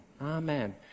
amen